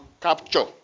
capture